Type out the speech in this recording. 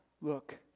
look